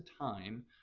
time